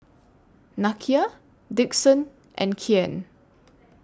Nakia Dixon and Kian